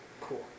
Cool